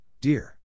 dear